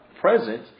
present